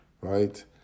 right